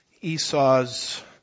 Esau's